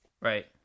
Right